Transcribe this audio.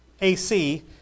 AC